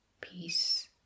peace